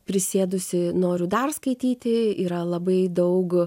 prisėdusi noriu dar skaityti yra labai daug